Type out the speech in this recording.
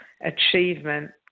achievement